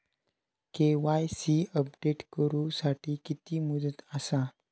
KYC update करू साठी किती मुदत आसा?